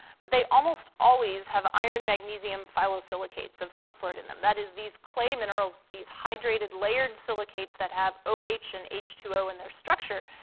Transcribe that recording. but they almost always have iron magnesium phyllosilicates of some sort in them, that is, these clay minerals, these hydrated layered silicates that have oh and h two o in their structure,